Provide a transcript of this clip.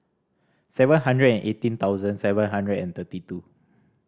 seven hundred and eighteen thousand seven hundred and thirty two